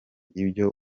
ibyo